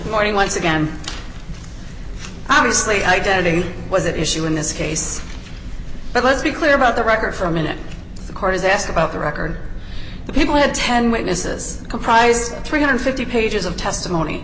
morning once again obviously identity was an issue in this case but let's be clear about the record for a minute the court has asked about the record the people had ten witnesses comprise three hundred and fifty pages of testimony